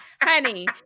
Honey